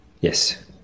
Yes